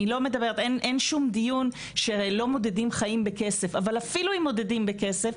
אין שום דיון שלא מודדים חיים בכסף אבל אפילו אם מודדים בכסף,